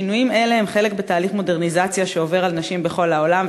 שינויים אלה הם חלק מתהליך מודרניזציה שעובר על נשים בכל העולם,